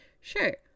sure